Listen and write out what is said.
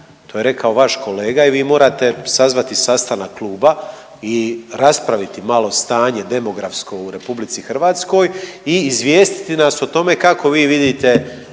To je rekao vaš kolega i vi morate sazvati sastanak kluba i raspraviti malo stanje demografsko u RH i izvijestiti nas o tome kako vi vidite